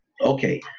Okay